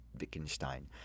Wittgenstein